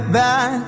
back